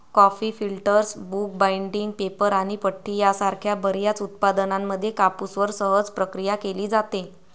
coffee filters, book binding, paper आणि पट्टी यासारख्या बर्याच उत्पादनांमध्ये कापूसवर सहज प्रक्रिया केली जाते